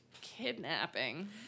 kidnapping